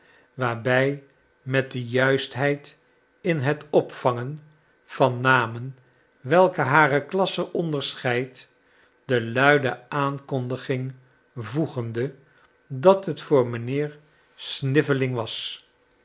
daarbij met de juistheid in het opvangen van namen welke hare klasse onderscheidt de luide aankondiging voegende dat het voor mijnheer snivelling was